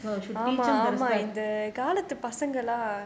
well should teach them respect